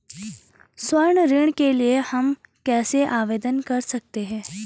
स्वर्ण ऋण के लिए हम कैसे आवेदन कर सकते हैं?